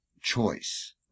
choice